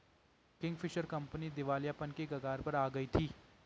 Kingfisher company दिवालियापन की कगार पर आ गई थी